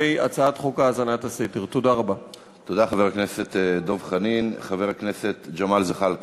אבי בן-בסט, פרופסור מומי דהן, פרופסור ערן